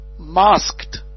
masked